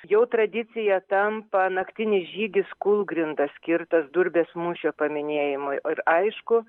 jau tradicija tampa naktinis žygis kūlgrinda skirtas durbės mūšio paminėjimui ir aišku